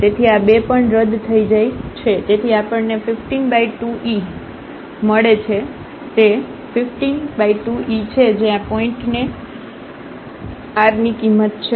તેથી આ બે પણ રદ થાય છે તેથી આપણને 152e મળે છે તે 152e છે જે આ પોઇન્ટએ r ની કિંમત છે